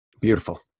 Beautiful